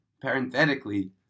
parenthetically